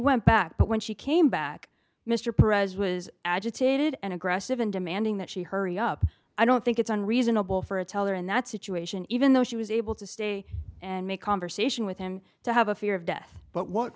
went back but when she came back mr perez was agitated and aggressive and demanding that she hurry up i don't think it's unreasonable for a teller in that situation even though she was able to stay and make conversation with him to have a fear of death but what